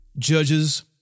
Judges